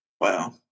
Wow